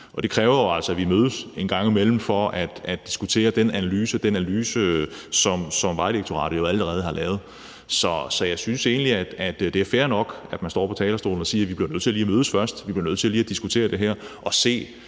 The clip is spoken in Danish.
og det kræver jo altså, at vi en gang imellem mødes for at diskutere den analyse, som Vejdirektoratet jo allerede har lavet. Så jeg synes egentlig, at det er fair nok, at man står på talerstolen og siger: Vi bliver nødt til lige at mødes først; vi bliver nødt til lige at diskutere det her og få